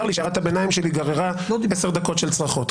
צר לי שהערת הביניים שלי גררה עשר דקות של צרחות.